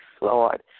Lord